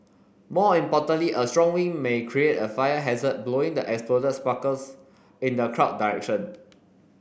more importantly a strong wind may create a fire hazard blowing the exploded sparkles in the crowd direction